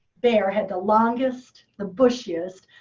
bear had the longest, the bushiest,